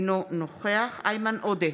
אינו נוכח איימן עודה,